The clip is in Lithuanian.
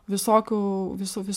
visokių visų vis